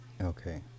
Okay